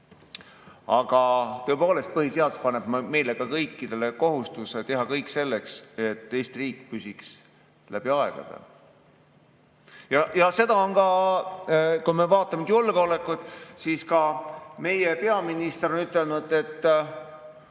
Aga tõepoolest, põhiseadus paneb meile kõikidele kohustuse teha kõik selleks, et Eesti riik püsiks läbi aegade. Vaatame julgeolekut. Ka meie peaminister on ütelnud, et